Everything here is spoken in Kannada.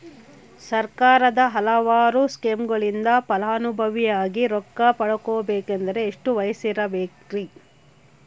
ಸರ್ಕಾರದ ಹಲವಾರು ಸ್ಕೇಮುಗಳಿಂದ ಫಲಾನುಭವಿಯಾಗಿ ರೊಕ್ಕ ಪಡಕೊಬೇಕಂದರೆ ಎಷ್ಟು ವಯಸ್ಸಿರಬೇಕ್ರಿ?